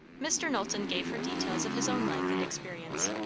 mr. knowlton gave her details of his own life and experience,